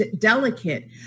delicate